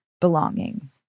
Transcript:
belonging